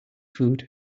food